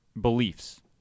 beliefs